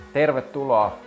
Tervetuloa